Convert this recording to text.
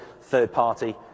third-party